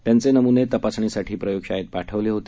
त्यांचेनमुनेतपासणीसाठीप्रयोगशाळेतपाठवलेहोते